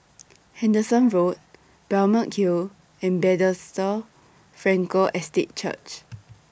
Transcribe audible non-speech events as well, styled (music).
(noise) Henderson Road Balmeg Hill and Bethesda Frankel Estate Church